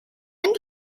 end